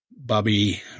Bobby